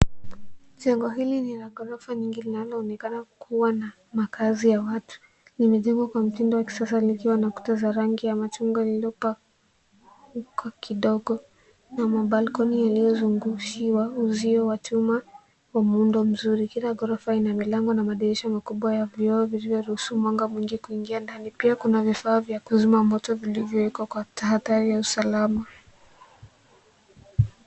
Jengo hili lina ghorofa nyingi linaloonekana kuwa na makazi ya watu. Limejengwa kwa mtindo wa kisasa likiwa na kuta za rangi ya machungwa lililopauka kidogo na mabalkoni yaliyo zungushiwa uzio wa chuma wa muundo mzuri. Kila ghorofa ina milango na madirisha makubwa ya vioo vinavyoruhusu mwanga mwingi kuingia ndani. Pia kuna vifaa vya kuzima moto vilivyowekwa kwa tahadhari ya usalama.